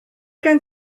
gen